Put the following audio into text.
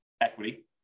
equity